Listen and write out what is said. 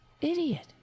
idiot